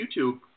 YouTube